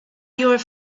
your